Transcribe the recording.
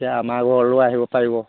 এতিয়া আমাৰ ঘৰলৈও আহিব পাৰিব